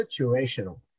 situational